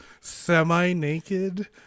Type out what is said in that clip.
semi-naked